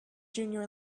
junior